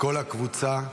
וכל הקבוצה,